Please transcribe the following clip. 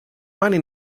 mani